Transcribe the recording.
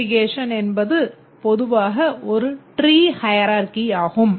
aggregation என்பது பொதுவாக ஒரு tree hierarchy ஆகும்